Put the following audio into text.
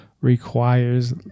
requires